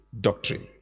doctrine